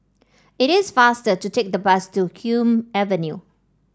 it is faster to take the bus to Hume Avenue